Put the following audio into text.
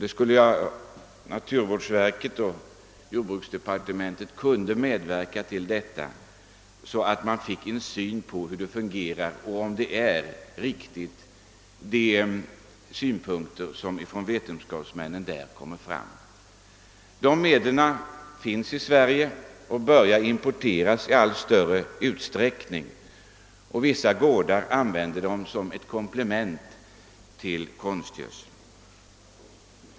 Om naturvårdsverket och jordbruksdepartementet kunde medverka till att man finge en uppfattning om hur dessa nya medel fungerar och om de synpunkter som vetenskapsmännen där framlägger är riktiga, så vore det värdefullt. Medlen i fråga finns i Sverige och börjar importeras i allt större utsträckning. Vissa gårdar använder dem som ett komplement till konstgödseln.